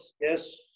Yes